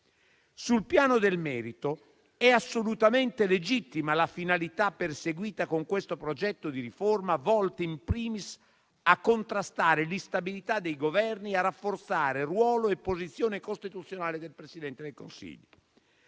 Sul piano del merito, è assolutamente legittima la finalità perseguita con questo progetto di riforma, volto *in primis* a contrastare l'instabilità dei Governi e a rafforzare il ruolo e la posizione costituzionale del Presidente del Consiglio.